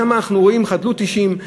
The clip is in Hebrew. שם אנחנו רואים חדלות אישים,